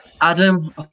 Adam